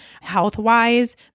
health-wise